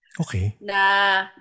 Okay